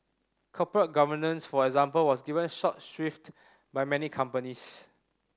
corporate governance for example was given short shrift by many companies